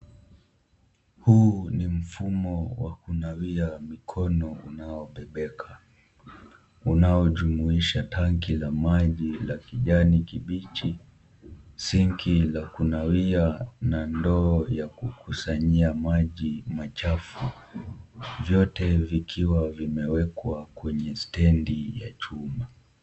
Huu ni mfumo wa kunawia mkono unaobebeka unaojumuisha tanki la maji la kijani kibichi, sinki la kunawia na ndoo ya kukusanyia maji machafu vyote vikiwa vimewekwa kwenye stendi ya chuma.